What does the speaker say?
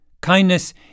Kindness